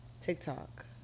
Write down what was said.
TikTok